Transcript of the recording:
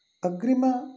अग्रिम